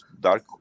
Dark